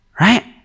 Right